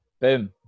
boom